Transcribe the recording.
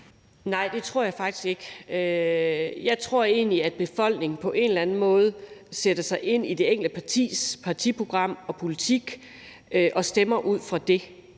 Nej, det tror jeg faktisk ikke. Jeg tror egentlig, at befolkningen på en eller anden måde sætter sig ind i det enkelte partis partiprogram og politik og stemmer ud fra det